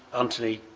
antony